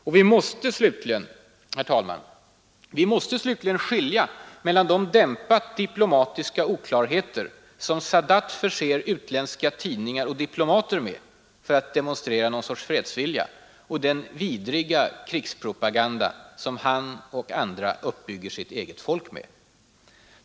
Och vi måste slutligen skilja mellan de dämpat diplomatiska oklarheter, som Sadat förser utländska tidningar och diplomater med för att demonstrera någon sorts fredsvilja, och den vidriga krigspropaganda som han och andra uppbygeger sitt eget folk med.